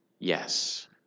Yes